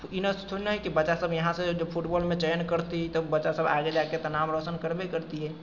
एना थोड़े न हइ कि बच्चासभ यहाँसँ जे फुटबॉलमे चयन करतियै तऽ बच्चासभ तऽ आगे जा कऽ तऽ नाम रोशन करबे करतियै